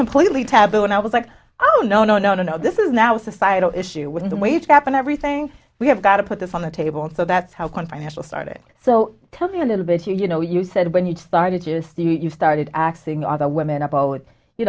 completely taboo and i was like no no no no no this is now societal issue with the wage gap and everything we have got to put this on the table so that's how one financial started so tell me a little bit you know you said when you started just you started axing all the women about you